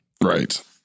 Right